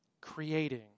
Creating